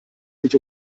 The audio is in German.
sich